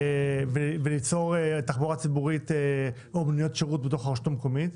וליצור תחבורה ציבורית או מוניות שירות בתוך הרשות המקומית.